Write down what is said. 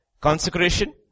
consecration